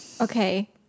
Okay